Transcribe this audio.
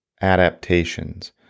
adaptations